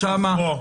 אפשר לגשת להקראה.